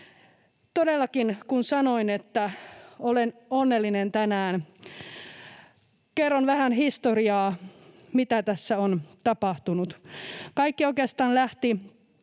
Todellakin, kun sanoin, että olen onnellinen tänään, niin kerron vähän historiaa, mitä tässä on tapahtunut. Kaikki oikeastaan lähti